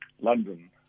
London